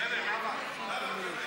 בסדר, נאוה.